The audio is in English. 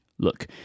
Look